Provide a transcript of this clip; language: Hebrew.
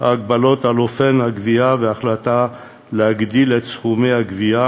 ההגבלות על אופן הגבייה והחליטה להגדיל את סכומי הגבייה